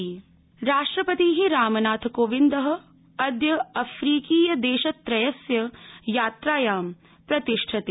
राष्ट्रपति राष्ट्रपतिः रामनाथकोविंदः अद्य अफ्रीकायदेशत्रयस्य यात्रायां प्रतिष्ठते